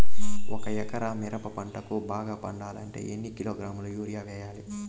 ఒక ఎకరా మిరప పంటకు బాగా పండాలంటే ఎన్ని కిలోగ్రామ్స్ యూరియ వెయ్యాలి?